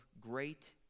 great